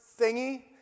thingy